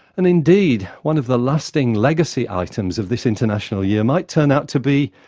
and, indeed, one of the lasting legacy items of this international year might turn out to be,